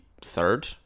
third